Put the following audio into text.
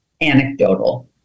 anecdotal